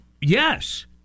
yes